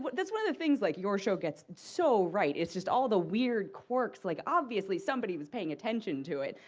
but that's one of the things like your show gets so right. it's just all the weird quirks, like obviously, somebody was paying attention to it.